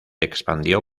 expandió